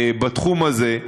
בתחום הזה,